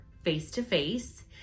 face-to-face